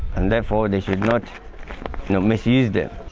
and therefore they should not you know misuse them.